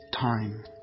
time